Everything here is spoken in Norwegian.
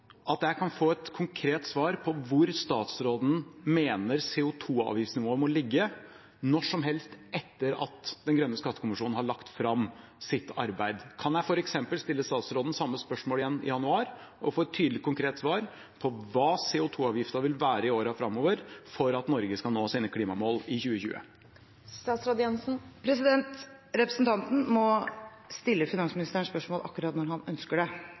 at jeg kan få et konkret svar på hvor statsråden mener CO2-avgiftsnivået må ligge når som helst etter at Grønn skattekommisjon har lagt fram sitt arbeid? Kan jeg f.eks. stille statsråden det samme spørsmålet igjen i januar og få et tydelig, konkret svar på hva CO2-avgiften vil være i årene framover for at Norge skal nå sine klimamål i 2020? Representanten må stille finansministeren spørsmål akkurat når han ønsker det.